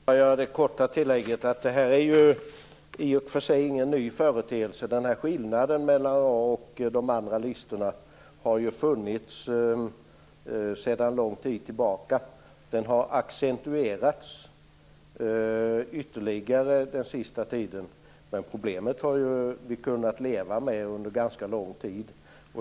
Fru talman! Jag vill bara göra ett kort tillägg. Det här är i och för sig ingen ny företeelse. Den här skillnaden mellan A-listan och de andra listorna har ju funnits sedan lång tid tillbaka. Den har accentuerats ytterligare den sista tiden, men problemet har vi kunnat leva med under en ganska lång tid.